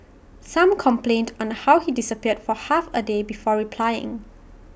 some complained on how he disappeared for half A day before replying